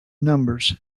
numbers